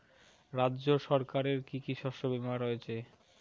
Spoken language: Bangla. রাজ্য সরকারের কি কি শস্য বিমা রয়েছে?